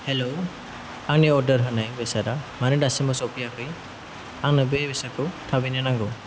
hello आंनि order होनाय बेसादा मानो दासिमबो सफैयाखै आंनो बे बेसादखौ थाबैनो नांगौ